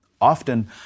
Often